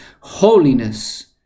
holiness